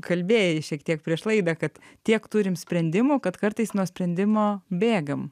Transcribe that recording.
kalbėjai šiek tiek prieš laidą kad tiek turime sprendimų kad kartais nuo sprendimo bėgam